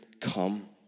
come